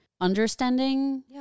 understanding